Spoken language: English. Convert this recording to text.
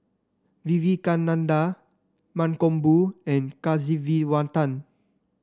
Vivekananda Mankombu and Kasiviswanathan